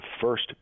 first